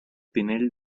pinell